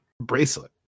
bracelet